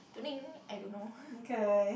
I don't know